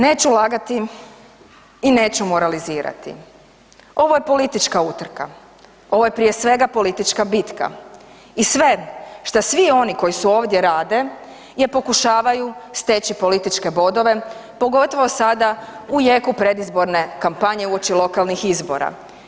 Neću lagati i neću moralizirati, ovo je politička utrka, ovo je prije svega politička bitka i sve šta svi oni koji su ovdje rade je pokušavaju steći političke bodove, pogotovo sada u jeku predizborne kampanje uoči lokalnih izbora.